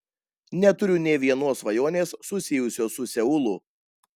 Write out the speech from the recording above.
neturiu nė vienos svajonės susijusios su seulu